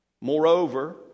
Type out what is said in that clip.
Moreover